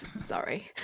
sorry